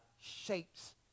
shapes